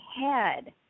head